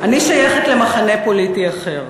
אני שייכת למחנה פוליטי אחר.